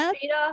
Peter